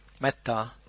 Metta